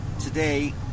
today